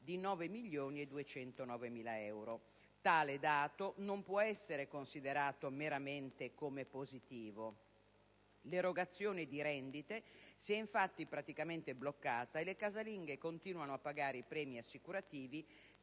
9.209.000 euro. Tale dato non può essere considerato meramente come positivo. L'erogazione di rendite si è infatti praticamente bloccata e le casalinghe continuano a pagare i premi assicurativi